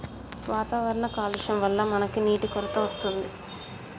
వాతావరణ కాలుష్యం వళ్ల మనకి నీటి కొరత వస్తుంది